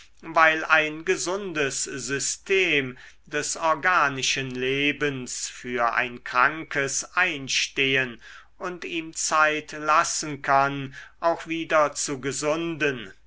weil ein gesundes system des organischen lebens für ein krankes einstehen und ihm zeit lassen kann auch wieder zu gesunden